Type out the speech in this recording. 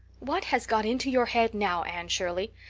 what has got into your head now, anne shirley?